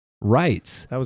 rights